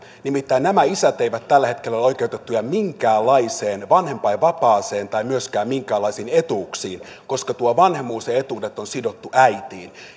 nimittäin nämä isät eivät tällä hetkellä ole oikeutettuja minkäänlaiseen vanhempainvapaaseen tai myöskään minkäänlaisiin etuuksiin koska tuo vanhemmuus ja ja etuudet on sidottu äitiin